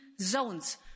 zones